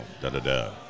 da-da-da